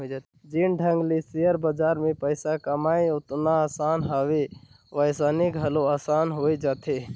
जेन ढंग ले सेयर बजार में पइसा कमई ओतना असान हवे वइसने घलो असान होए जाथे